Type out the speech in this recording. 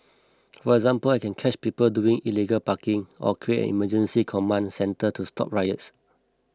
for example I can catch people doing illegal parking or create an emergency command centre to stop riots